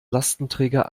lastenträger